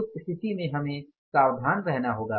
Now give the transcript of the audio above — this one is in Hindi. उस स्थिति में हमें सावधान रहना होगा